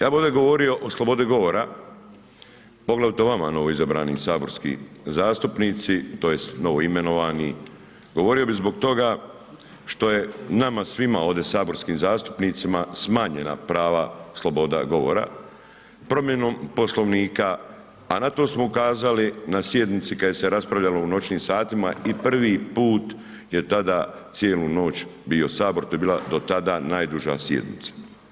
Ja bi ovdje govorio o slobodi govora, poglavito vama novoizabranim saborski zastupnici tj. novoimenovani, govorio bi zbog toga što je nama svima ovdje saborskim zastupnicima smanjena prava sloboda govora promjenom Poslovnika, a na to smo ukazali na sjednici kad se je raspravljalo u noćnim satima i prvi put je tada cijelu noć bio HS, to je bila do tada najduža sjednica.